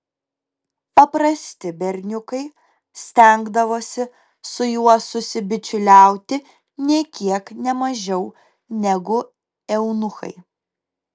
paprasti berniukai stengdavosi su juo susibičiuliauti nė kiek ne mažiau negu eunuchai